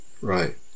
Right